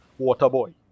Waterboy